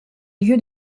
lieu